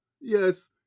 Yes